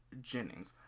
Jennings